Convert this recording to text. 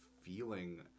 feeling